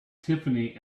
tiffany